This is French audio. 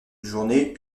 journée